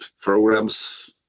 programs